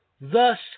Thus